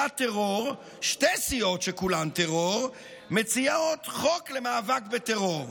שתי סיעות שכולן טרור מציעות חוק למאבק בטרור.